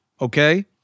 okay